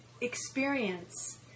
experience